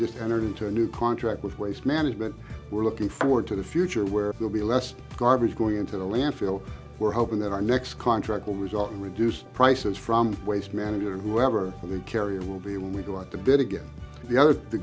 just entered into a new contract with waste management we're looking forward to the future where we'll be less garbage going into the landfill we're hoping that our next contract will result in reduced prices from waste management or whoever the carrier will be legalized to bid to get the other the